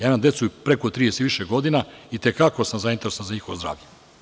Ja imam decu preko 30 i više godina, i te kako sam zainteresovan za njihovo zdravlje.